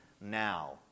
now